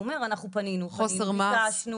הוא אומר אנחנו פנינו--- חוסר מעש.